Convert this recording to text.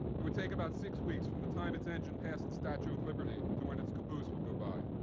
it would take about six weeks from the time its engine passed the statue of liberty to when its caboose would go by,